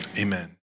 amen